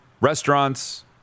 restaurants